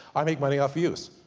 i make money off views.